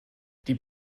die